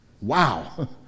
Wow